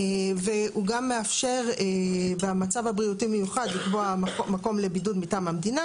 הוא גם מאפשר במצב הבריאותי המיוחד לקבוע מקום לבידוד מטעם המדינה,